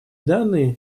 данные